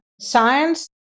science